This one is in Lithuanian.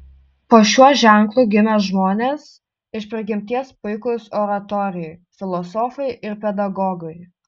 po šiuo ženklu gimę žmonės iš prigimties puikūs oratoriai filosofai ir pedagogai